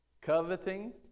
coveting